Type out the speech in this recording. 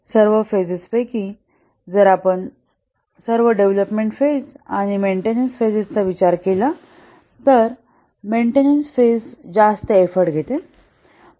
सर्व फेजेजपैकी जर आपण सर्व डेव्हलपमेंट फेज आणि मेन्टेनन्स फेजेजचा विचार केला तर मेन्टेनन्स फेज जास्त एफर्ट घेतो